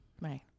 right